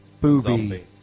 booby